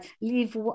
leave